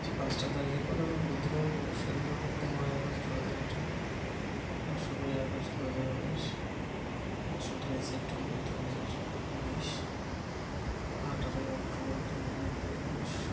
যে পাঁচটা তারিখের কথা আমি বলতে পারব সেগুলো হলো পনেরোই আগস্ট দু হাজার আঠারো হ্যাঁ ষোলোই আগস্ট দু হাজার উনিশ সতেরোই সেপ্টেম্বর দু হাজার বিশ আঠারোই অক্টোবর দু হাজার একুশ